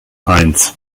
eins